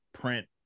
print